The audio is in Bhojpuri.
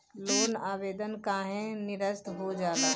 लोन आवेदन काहे नीरस्त हो जाला?